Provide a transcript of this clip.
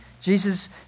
Jesus